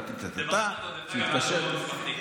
היה לו אירוע,